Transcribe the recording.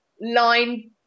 line